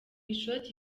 ishoti